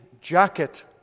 jacket